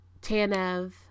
Tanev